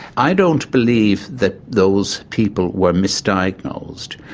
i don't believe that those people were misdiagnosed,